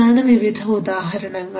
ഇതാണ് വിവിധ ഉദാഹരണങ്ങൾ